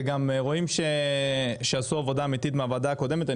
וגם רואים שעשו עבודה אמיתית מהוועדה הקודמת.